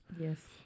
Yes